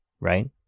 Right